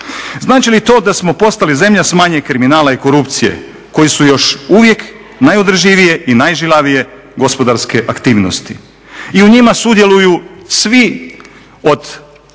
Znači li to da smo postali zemlja sa manje kriminala i korupcije koji su još uvijek najodrživije i najžilavije gospodarske aktivnosti. I u njima sudjeluju svi od